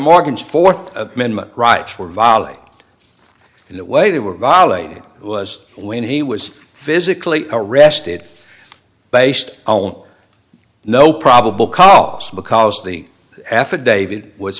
morgan's fourth amendment rights were violated the way they were violated was when he was physically arrested based on no probable cause because the affidavit was